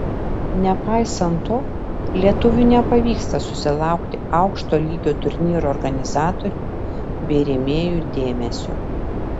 nepaisant to lietuviui nepavyksta susilaukti aukšto lygio turnyrų organizatorių bei rėmėjų dėmesio